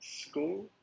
school